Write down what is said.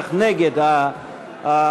בטח נגד המינוי,